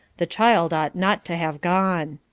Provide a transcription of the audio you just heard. the child ought not to have gone.